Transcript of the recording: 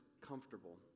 comfortable